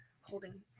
holding